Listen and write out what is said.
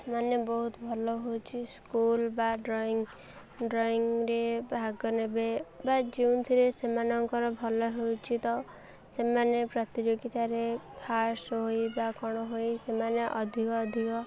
ମାନେ ବହୁତ ଭଲ ହେଉଛି ସ୍କୁଲ ବା ଡ୍ରଇଂ ଡ୍ରଇଂରେ ଭାଗ ନେବେ ବା ଯେଉଁଥିରେ ସେମାନଙ୍କର ଭଲ ହେଉଛି ତ ସେମାନେ ପ୍ରତିଯୋଗିତାରେ ଫାଷ୍ଟ ହୋଇ ବା କ'ଣ ହୋଇ ସେମାନେ ଅଧିକ ଅଧିକ